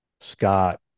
Scott